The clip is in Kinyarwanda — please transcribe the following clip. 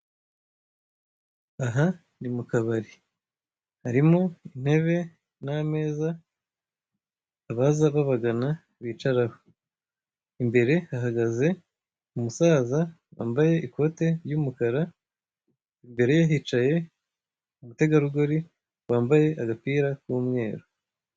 Aha ni mukabari, harimo intebe nameza abaza babagana bicaraho, imbere hahagaze umusaza wambaye ikote ry'umukara, imbere ye hicaye umutegarugori wambaye agapira k'umweru.